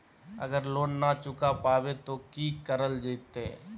अगर लोन न चुका पैबे तो की करल जयते?